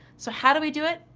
so how do we do it?